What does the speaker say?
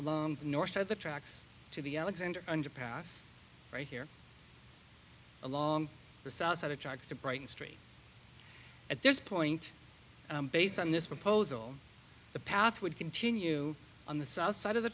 the north side of the tracks to the alexander underpass right here along the south side of sharks to brighton street at this point based on this proposal the path would continue on the south side of the